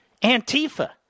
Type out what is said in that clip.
Antifa